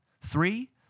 Three